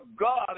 God